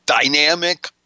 dynamic